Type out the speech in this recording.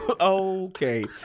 Okay